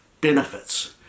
benefits